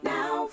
Now